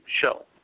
show